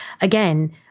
again